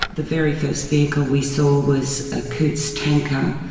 the very first vehicle we saw was a cootes tanker